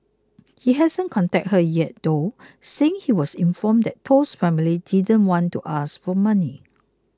he hasn't contacted her yet though saying he was informed that Toh's family didn't want to ask for money